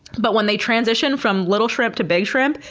but when they transition from little shrimp to big shrimp,